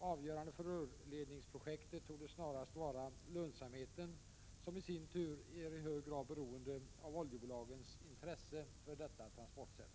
Avgörande för rörledningsprojektet torde snarast vara lönsamheten, som i sin tur är i hög grad beroende av oljebolagens intresse för detta transportsätt.